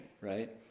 right